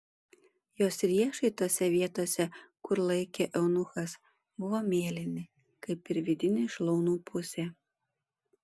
jos riešai tose vietose kur laikė eunuchas buvo mėlyni kaip ir vidinė šlaunų pusė